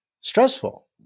stressful